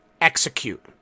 Execute